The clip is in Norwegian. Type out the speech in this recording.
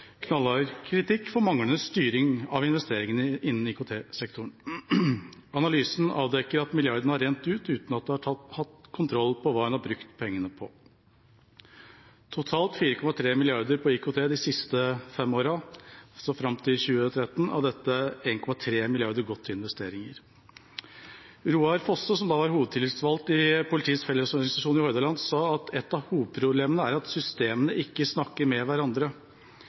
kritikk for manglende styring av investeringene innen IKT-sektoren. Analysen avdekker at milliardene har rent ut uten at en har hatt kontroll på hva en har brukt pengene på. Totalt er det brukt 4,3 mrd. kr på IKT de siste fem årene – altså fram til 2013. Av dette har 1,3 mrd. kr gått til investeringer. Roar Fosse, som i 2013 var hovedtillitsvalgt i Politiets Fellesforbund i Hordaland, sa: «Et av hovedproblemene er at systemene ikke snakker med hverandre.